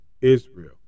Israel